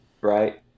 Right